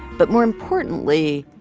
but more importantly,